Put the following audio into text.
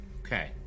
Okay